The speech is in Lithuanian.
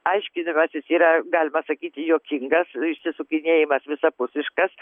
aiškinimasis yra galima sakyti juokingas išsisukinėjimas visapusiškas